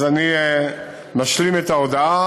אז אני משלים את ההודעה,